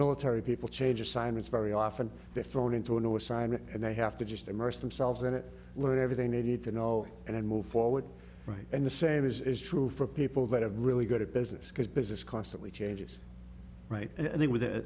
military people change assignments very often they're thrown into a new assignment and they have to just immerse themselves in it learn everything they need to know and then move forward right and the same is true for people that have really good business because business constantly changes right and they were